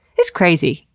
it's crazy.